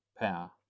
power